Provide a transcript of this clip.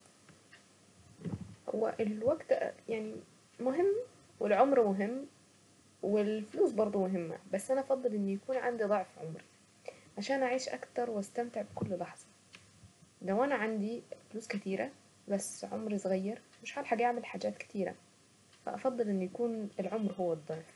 الوقت يعني مهم والعمر مهم والفلوس برضو مهمة. بس انا افضل ان يكون عندي ضعف عمري. عشان اعيش اكتر واستمتع بكل لحظة. لو انا عندي فلوس كتيرة عمري اتغير مش عارف حاجة اعمل حاجات كتيرة. فافضل ان يكون هو الضعف.